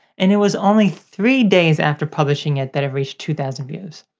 and it was only three days after publishing it that it reached two thousand views.